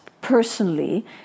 personally